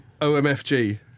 OMFG